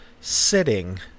sitting